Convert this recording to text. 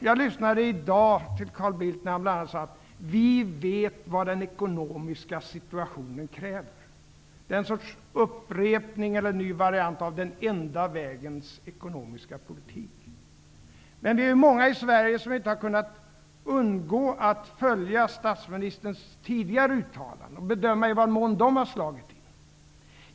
Jag lyssnade i dag till Carl Bildt när han bl.a. sade: Vi vet vad den ekonomiska situationen kräver. Det är en sorts upprepning eller ny variant av den ''enda'' vägens ekonomiska politik. Men vi är många i Sverige som inte har kunnat undgå att följa statsministerns tidigare uttalanden och att bedöma i vad mån de har slagit in.